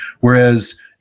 Whereas